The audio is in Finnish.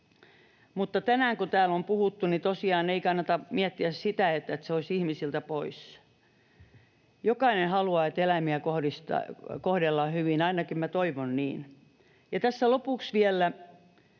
Mutta tänään kun täällä on puhuttu, niin tosiaan ei kannata miettiä sitä, että se olisi ihmisiltä pois. Jokainen haluaa, että eläimiä kohdellaan hyvin. Ainakin minä toivon niin. Tässä lopuksi minä